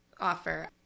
offer